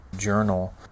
journal